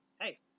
hey